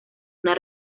una